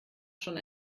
schon